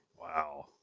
Wow